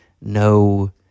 No